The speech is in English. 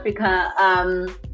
Africa